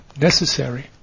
necessary